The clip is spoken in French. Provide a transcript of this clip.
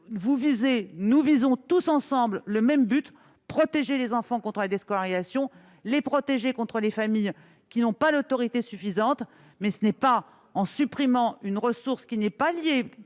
Nous visons tous ensemble le même but : protéger les enfants contre la déscolarisation et contre les familles qui n'ont pas l'autorité suffisante. Mais ce n'est pas en supprimant une ressource qui n'est pas liée